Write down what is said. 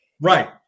right